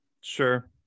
Sure